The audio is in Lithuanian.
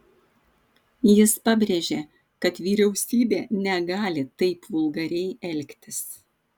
jis pabrėžė kad vyriausybė negali taip vulgariai elgtis